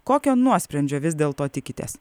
kokio nuosprendžio vis dėlto tikitės